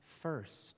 first